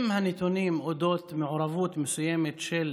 שאם הנתונים על אודות מעורבות מסוימת של